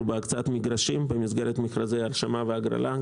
בהקצאת מגרשים במסגרת מכרזי הרשמה והגרלה.